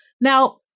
Now